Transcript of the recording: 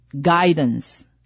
guidance